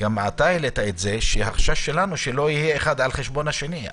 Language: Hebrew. וגם אתה עלית את זה החשש שלנו שלא יהיה האחד על חשבון השני.